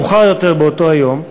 מאוחר יותר באותו היום,